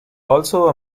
also